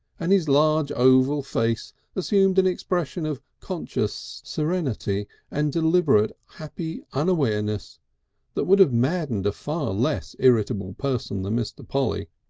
and his large oval face assumed an expression of conscious serenity and deliberate happy unawareness that would have maddened a far less irritable person than mr. polly.